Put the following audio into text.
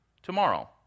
tomorrow